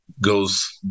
goes